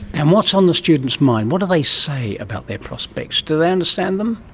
and what's on the students' mind, what do they say about their prospects? do they understand them?